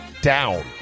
down